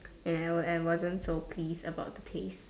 and I would I wasn't so pleased about the taste